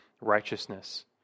righteousness